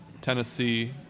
Tennessee